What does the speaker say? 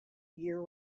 year